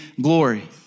glory